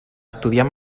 estudiar